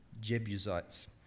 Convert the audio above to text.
Jebusites